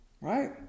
Right